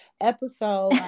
episode